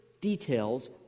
details